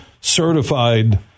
certified